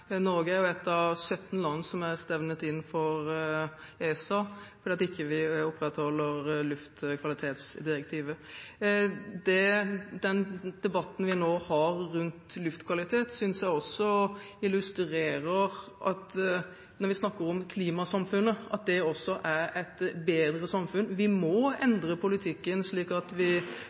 Norge er et av 17 land som er stevnet inn for ESA for at en ikke opprettholder luftkvalitetsdirektivet. Den debatten vi nå har rundt luftkvalitet, synes jeg også illustrerer at når vi snakker om klimasamfunnet, er det også et bedre samfunn. Vi må endre politikken, slik at vi